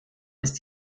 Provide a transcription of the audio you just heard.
ist